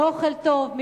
מאוכל טוב,